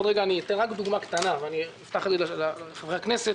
עוד רגע אני אתן רק דוגמה קטנה ואפתח את זה לחברי הכנסת.